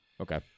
Okay